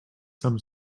some